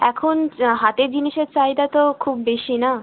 এখন হাতের জিনিসের চাহিদা তো খুব বেশি না